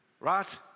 right